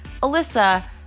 Alyssa